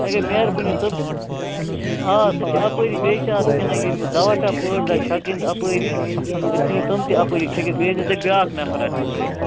اَگر میٚہربٲنی سۅ آ سۅ چھِ اَپٲری بیٚیہِ چھِ اَتھ کِنہٕ دوا ٹب ٲٹھ دَہ چھَکٕنۍ اَپٲری تُہۍ ژھُنِو تِم تہِ اَپٲری چھٔکِتھ بیٚیہِ أنِو تُہۍ بیٛاکھ نفر سۭتۍ